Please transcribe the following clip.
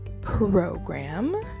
program